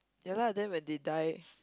ya lah then when they die